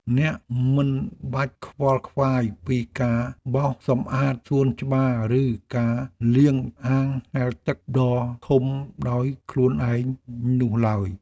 អ្នកមិនបាច់ខ្វល់ខ្វាយពីការបោសសម្អាតសួនច្បារ ឬការលាងអាងហែលទឹកដ៏ធំដោយខ្លួនឯងនោះឡើយ។